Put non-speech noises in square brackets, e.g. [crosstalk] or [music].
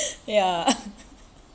ya [laughs]